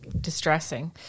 distressing